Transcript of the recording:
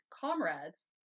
comrades